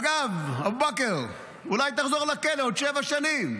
אגב, אבו בכר, אולי תחזור לכלא עוד שבע שנים,